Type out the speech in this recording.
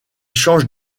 change